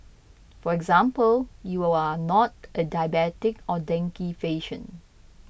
for example you are not a diabetic or dengue patient